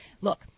look